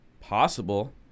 possible